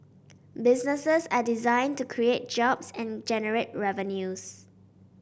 businesses are designed to create jobs and generate revenues